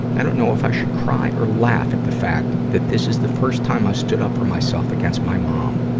i don't know if i should cry or laugh at the fact that this is the first time that i stood up for myself against my mom,